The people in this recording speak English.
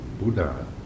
buddha